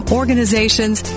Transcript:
organizations